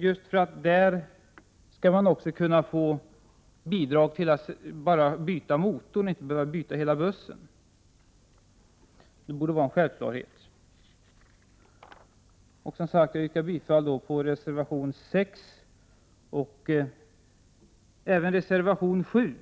Enligt de förslagen skall man också kunna få bidrag för att enbart byta motorn och inte behöva byta hela bussen. Det borde vara en självklarhet. Jag yrkar bifall också till reservation 6. Även till reservation 7